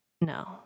No